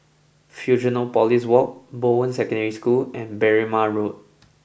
Fusionopolis Walk Bowen Secondary School and Berrima Road